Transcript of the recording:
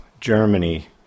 Germany